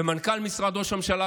ומנכ"ל משרד ראש הממשלה,